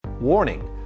Warning